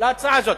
להצעה הזאת.